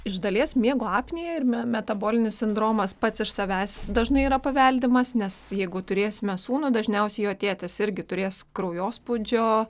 iš dalies miego apnėja ir metabolinis sindromas pats iš savęs dažnai yra paveldimas nes jeigu turėsime sūnų dažniausiai jo tėtis irgi turės kraujospūdžio